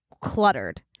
cluttered